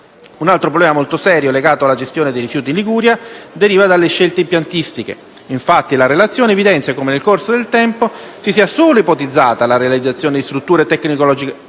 Un altro problema molto serio legato alla gestione dei rifiuti in Liguria deriva dalle scelte impiantistiche: infatti, la relazione evidenzia come nel corso del tempo si sia solo ipotizzata la realizzazione di strutture tecnologicamente